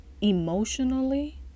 emotionally